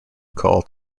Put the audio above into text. call